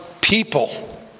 people